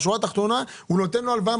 בשורה התחתונה הוא נותן לו הלוואה,